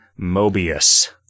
Mobius